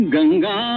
Ganga